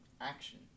action